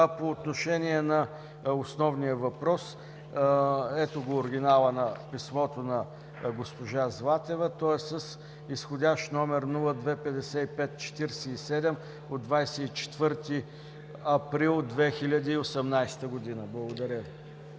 по отношение на основния въпрос ¬ ето го оригинала на писмото на госпожа Златева. Той е с изходящ номер № 025547 от 24 април 2017 г. Благодаря Ви.